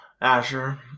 Asher